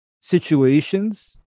situations